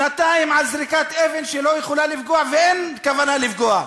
שנתיים על זריקת אבן שלא יכולה לפגוע ואין כוונה לפגוע.